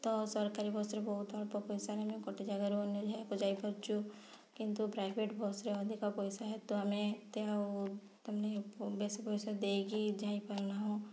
ତ ସରକାରୀ ବସ୍ରେ ବହୁତ ଅଳ୍ପ ପଇସାରେ ଆମେ ଗୋଟେ ଜାଗାରୁ ଅନ୍ୟ ଜାଗାକୁ ଯାଇପାରୁଛୁ କିନ୍ତୁ ପ୍ରାଇଭେଟ୍ ବସ୍ରେ ଅଧିକା ପଇସା ହେତୁ ଆମେ ଏତେ ଆଉ ତା'ମାନେ ବେଶୀ ପଇସା ଦେଇକି ଯାଇପାରୁ ନାହିଁ